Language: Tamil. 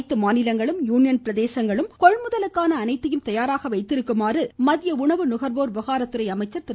அனைத்து மாநிலங்களும் யூனியன் பிரதேசங்களும் கொள்முதலுக்கான அனைத்தையும் தயாராக வைத்திருக்குமாறு மத்திய உணவு நுகர்வோர் விவகாரத்துறை அமைச்சர் திரு